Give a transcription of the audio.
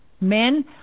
Men